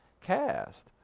cast